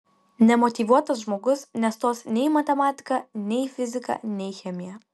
nemotyvuotas žmogus nestos nei į matematiką nei į fiziką nei į chemiją